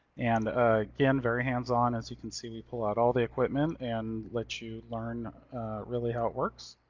and again, very hands on, as you can see, we pull out all the equipment, and let you learn really how it works.